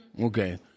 Okay